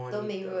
don't be rude